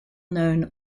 known